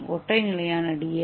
ஏ ஒற்றை நிலையான டி